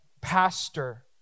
pastor